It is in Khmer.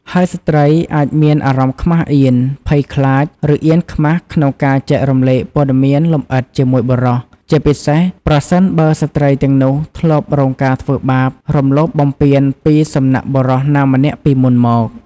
ហើយស្ត្រីអាចមានអារម្មណ៍ខ្មាសអៀន ភ័យខ្លាច ឬអៀនខ្មាស់ក្នុងការចែករំលែកព័ត៌មានលម្អិតជាមួយបុរស ជាពិសេសប្រសិនបើស្ត្រីទាំងនោះធ្លាប់រងការធ្វើបាប អំលោភបំពានពីសំណាក់បុរសណាម្នាក់ពីមុនមក។